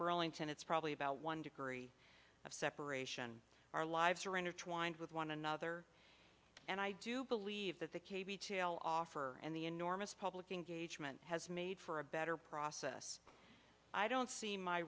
burlington it's probably about one degree of separation our lives are intertwined with one another and i do believe that the k v tale offer and the enormous public engagement has made for a better process i don't see my